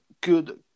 Good